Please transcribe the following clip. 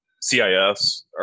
CIS